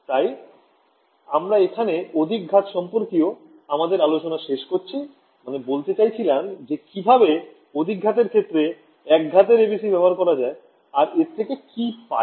তাই আমরা এখানে অধিক ঘাত সম্পর্কীয় আমাদের আলোচনা শেষ করছি মানে বলতে চাইলাম যে কিভাবে অধিক ঘাতের ক্ষেত্রে একঘাতের ABC ব্যবহার করা যায় আর এর থেকে কি পাই